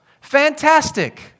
Fantastic